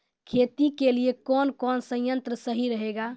खेती के लिए कौन कौन संयंत्र सही रहेगा?